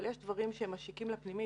אבל יש דברים שמשיקים לפנימית,